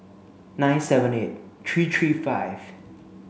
nine seven eight three three five